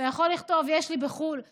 אתה יכול לכתוב: יש לי בחו"ל דירה,